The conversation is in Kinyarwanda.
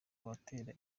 babatera